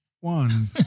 one